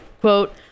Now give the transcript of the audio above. quote